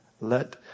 let